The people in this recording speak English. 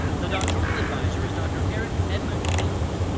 the doctoral advisor is dr. eric edmund gilbert.